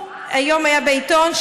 היום היה בעיתון,